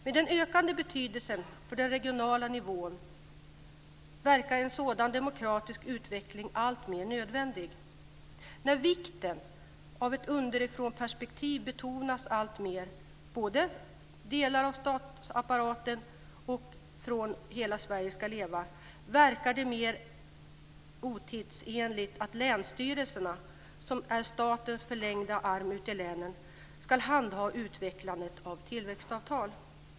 Med den ökade betydelsen för den regionala nivån verkar en sådan demokratisk utveckling alltmer nödvändig. När vikten av ett underifrånperspektiv betonas alltmer från både delar av statsapparaten och folkrörelser som Hela Sverige skall leva, verkar det alltmer otidsenligt att länsstyrelserna, som är statens förlängda arm ute i länen, ska handha utvecklandet av tillväxtavtal.